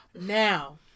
Now